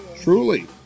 truly